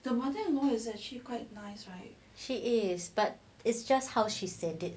but it's just how she said